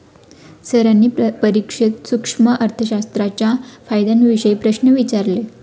सरांनी परीक्षेत सूक्ष्म अर्थशास्त्राच्या फायद्यांविषयी प्रश्न विचारले